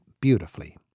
beautifully